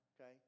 okay